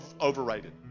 overrated